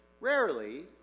rarely